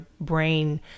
brain